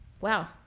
wow